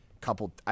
couple –